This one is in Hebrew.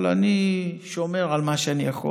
אמרו את זה היום אבל אני שומר על מה שאני יכול.